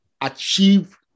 achieve